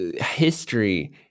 history